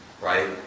right